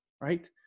right